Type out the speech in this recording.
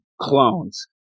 clones